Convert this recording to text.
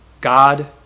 God